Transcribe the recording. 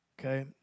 Okay